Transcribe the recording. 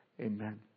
Amen